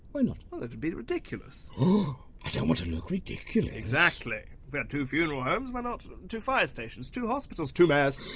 why not? well. it'd be ridiculous. i don't want to look ridiculous. exactly. if we had two funeral homes, why not two fire stations? two hospitals? two mayors?